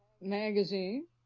magazine